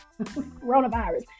Coronavirus